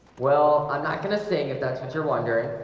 well, i'm not gonna sing if that's what you're wondering.